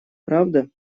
правда